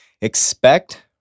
Expect